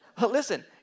Listen